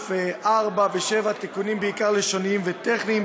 מכיוון שמדובר בסך הכול בתיקונים טכניים